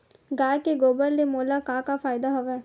गाय के गोबर ले मोला का का फ़ायदा हवय?